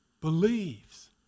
Believes